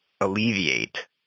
alleviate